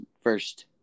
first